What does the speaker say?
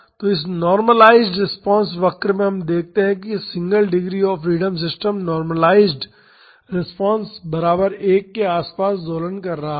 तो इस normalised response वक्र में हम देख सकते हैं कि single degree of freedom system normalised response बराबर 1 के आस पास दोलन कर रहा है